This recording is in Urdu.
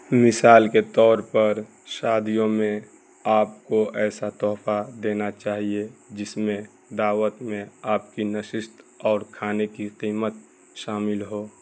مثال کے طور پر شادیوں میں آپ کو ایسا تحفہ دینا چاہیے جس میں دعوت میں آپ کی نشست اور کھانے کی قیمت شامل ہو